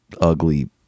ugly